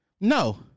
No